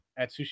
Atsushi